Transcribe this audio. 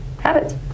habits